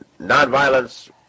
Nonviolence